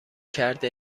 کرده